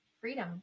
freedom